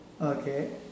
Okay